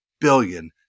billion